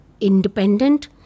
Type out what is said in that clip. independent